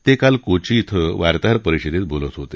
ते काल कोची इथं वार्ताहर परिषदेत बोलत होते